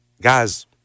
Guys